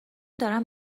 دارم